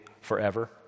forever